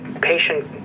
patient